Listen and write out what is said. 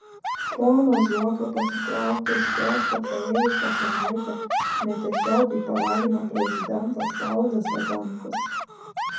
poną zuoką pasitraukti iš posto praėjusią savaitę netiesiogiai paragino prezidentas valdas adamkus